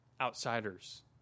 outsiders